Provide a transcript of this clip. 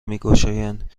میگشایند